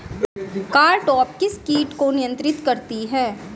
Cartap किस किट को नियंत्रित करती है?